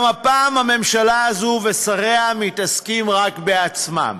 גם הפעם הממשלה הזאת ושריה מתעסקים רק בעצמם,